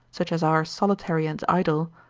such as are solitary and idle,